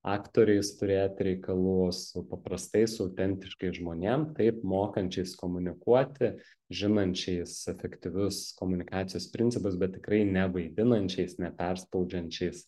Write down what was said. aktoriais turėti reikalų o su paprastais autentiškais žmonėm taip mokančiais komunikuoti žinančiais efektyvius komunikacijos principus bet tikrai nevaidinančiais neperspaudžiančiais